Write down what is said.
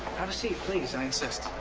have a seat. please. i insist.